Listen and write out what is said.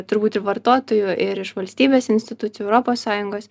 turbūt ir vartotojų ir iš valstybės institucijų europos sąjungos